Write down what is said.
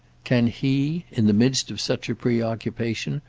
can he, in the midst of such a preoccupation,